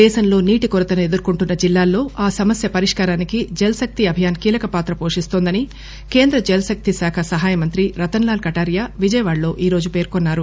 దేశంలో నీటికొరతను ఎదుర్కొంటున్న జిల్లాల్లో ఆ సమస్య పరిష్కారానికి జల్ శక్తి అభియాన్ కీలకపాత్ర పోషిస్తోందని కేంద్ర జల్ శక్తి శాఖ సహాయ మంత్రి రతన్ లాల్ కటారియా విజయవాడలో ఈరోజు పేర్కొన్సారు